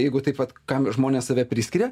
jeigu taip vat kam žmonės save priskiria